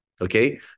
okay